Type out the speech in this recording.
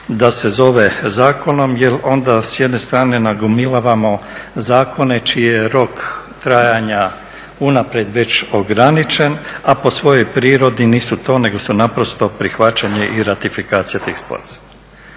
da se zove zakonom jel onda s jedne strane nagomilavamo zakone čiji je rok trajanja unaprijed već ograničen, a po svojoj prirodi nisu to nego su naprosto prihvaćanje i ratifikacija tih sporazuma.